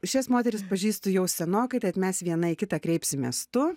šias moteris pažįstu jau senokai tad mes viena į kitą kreipsimės tu